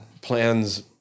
plans